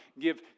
give